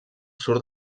surt